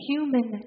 Human